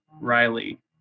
Riley